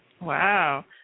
Wow